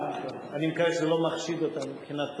אני מקווה שזה לא מחשיד אותה מבחינת טוהר,